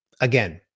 Again